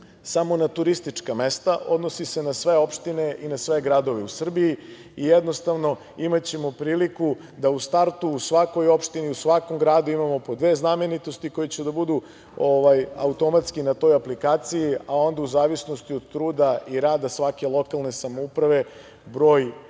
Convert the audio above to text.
samo na turistička mesta, odnosi se na sve opštine i na sve gradove u Srbiji. Jednostavno, imaćemo priliku da u startu u svakoj opštini, u svakom gradu imamo po dve znamenitosti koje će automatski da budu na toj aplikaciji, a onda u zavisnosti od truda i rada svake lokalne samouprave, broj